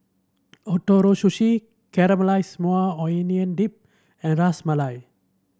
Ootoro Sushi Caramelized Maui Onion Dip and Ras Malai